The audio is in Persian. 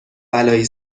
بلایی